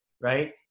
right